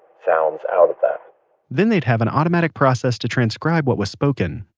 sounds out of that then they'd have and automatic process to transcribe what was spoken.